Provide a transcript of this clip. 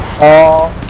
all